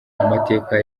amateka